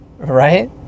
Right